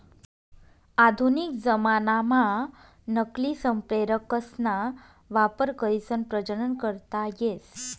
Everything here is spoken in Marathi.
आधुनिक जमानाम्हा नकली संप्रेरकसना वापर करीसन प्रजनन करता येस